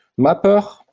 mapper,